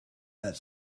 that